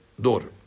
daughter